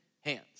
hands